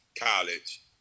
college